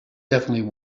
definitely